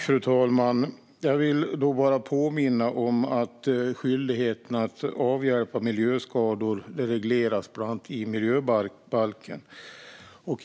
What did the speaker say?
Fru talman! Jag vill påminna om att skyldigheten att avhjälpa miljöskador regleras i bland annat miljöbalken.